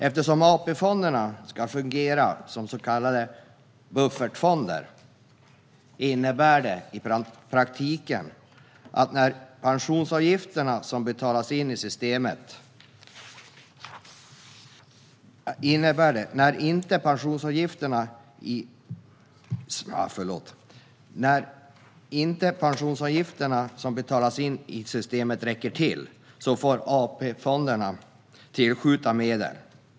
Eftersom AP-fonderna ska fungera som så kallade buffertfonder innebär det i praktiken att när pensionsavgifterna som betalats in i systemet inte räcker till får AP-fonderna tillskjuta medel.